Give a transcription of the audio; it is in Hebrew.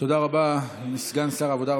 תודה רבה לסגן שר העבודה,